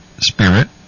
spirit